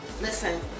Listen